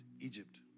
Egypt